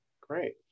Great